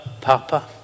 Papa